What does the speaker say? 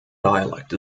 dialect